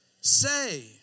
say